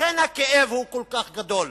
לכן הכאב כל כך גדול.